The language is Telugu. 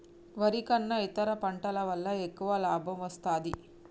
వరి కన్నా ఇతర పంటల వల్ల ఎక్కువ లాభం వస్తదా?